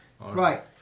Right